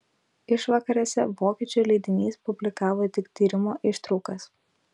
išvakarėse vokiečių leidinys publikavo tik tyrimo ištraukas